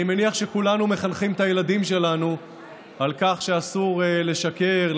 אני מניח שכולנו מחנכים את הילדים שלנו על כך שאסור לשקר,